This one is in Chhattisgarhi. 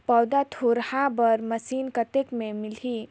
पौधा थरहा बर मशीन कतेक मे मिलही?